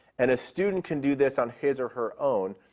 and a student can do this on his or her own,